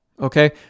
okay